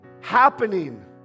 happening